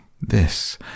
This